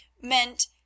meant